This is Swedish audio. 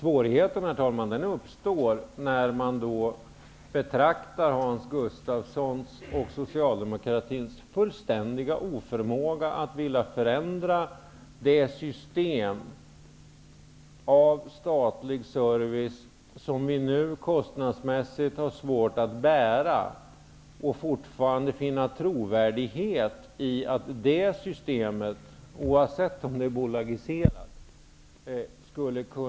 Men en svårighet uppstår när man betraktar Hans Gustafssons och Socialdemokraternas fullständiga brist på förmåga och vilja att förändra det system av statlig service som vi nu kostnadsmässigt har svårt att bära. Samtidigt skall det ju fortfarande finnas en trovärdighet när det gäller detta system -- oavsett om det är en bolagisering eller ej.